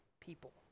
people